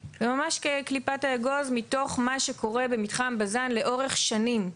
כקליפת האגוז מתוך מה שקורה במתחם בז"ן לאורך שנים,